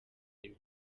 the